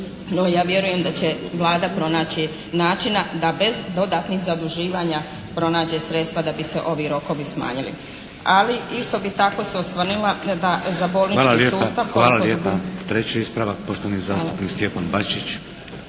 No ja vjerujem da će Vlada pronaći načina da bez dodatnih zaduživanja pronađe sredstva da bi se ovi rokovi smanjili. Ali isto bi tako se osvrnula da za bolnički sustav … **Šeks, Vladimir (HDZ)** Hvala lijepa. Treći ispravak, poštovani zastupnik Stjepan Bačić.